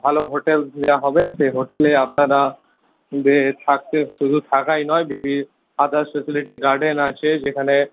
ভালো হোটেল দেওয়া হবে সেই হোটেলে আপনারা থাকতে শুধু থাকাই নয় আদার্স ফেসিলিটি গার্ডেন আছে যেখানে